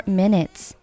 minutes